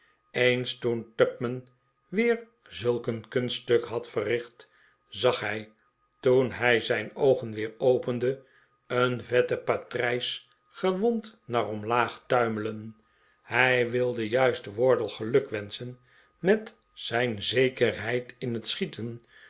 tupman weer zulk een kunststuk had verricht zag hij toen hij zijn oogen weer opende een vetten patrijs ge wond naar omlaag tuimelen hij wilde juist wardle gelukwenschen met zijn zekerheid in het schieten